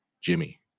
jimmy